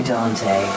Dante